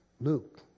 Luke